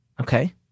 Okay